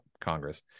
congress